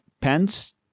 pants